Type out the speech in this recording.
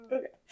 Okay